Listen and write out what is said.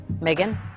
Megan